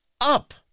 up